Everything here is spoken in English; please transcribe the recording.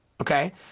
Okay